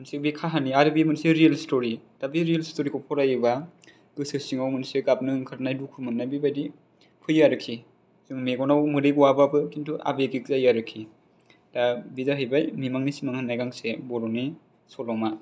मोनसे बे खाहानि आर बे मोनसे रियेल स्टरि दा बे रियेल स्टरिखौ फरायोबा गोसो सिंआव मोनसे गाबनो ओंखारनाय दुखु मोननाय बेबायदि फैयो आरिखि मेगनाव मोदै गवाबाबो खिनथु आबेबिख जायो आरिखि दा बे जाहैबाय मिमांनि सिमां होननाय गांसे बर'नि सल'मा